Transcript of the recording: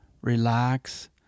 relax